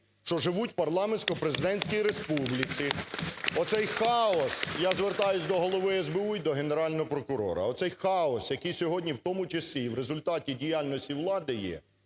що живуть в парламентсько-президентській республіці. Оцей хаос, я звертаюсь до Голови СБУ і до Генерального прокурора, оцей хаос ,який сьогодні і в тому числі в результаті діяльності влади є